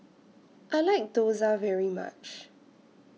I like Dosa very much